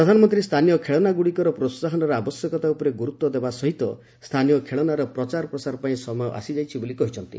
ପ୍ରଧାନମନ୍ତ୍ରୀ ସ୍ଥାନୀୟ ଖେଳନାଗୁଡ଼ିକର ପ୍ରୋହାହନର ଆବଶ୍ୟକତା ଉପରେ ଗୁରୁତ୍ୱ ଦେବାସହିତ ସ୍ଥାନୀୟ ଖେଳନାର ପ୍ରଚାର ପ୍ରସାର ପାଇଁ ସମୟ ଆସିଯାଇଛି ବୋଲି କହିଛନ୍ତି